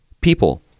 people